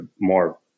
more